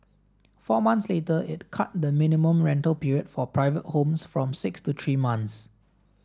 four months later it cut the minimum rental period for private homes from six to three months